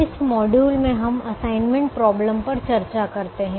इस मॉड्यूल में हम असाइनमेंट प्रॉब्लम पर चर्चा करते हैं